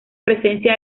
presencia